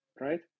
right